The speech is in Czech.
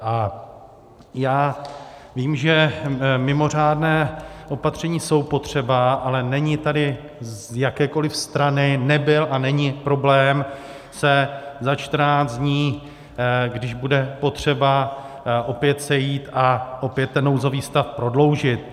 A já vím, že mimořádná opatření jsou potřeba, ale není tady z jakékoliv strany, nebyl a není, problém se za čtrnáct dní, když bude potřeba, opět sejít a opět ten nouzový stav prodloužit.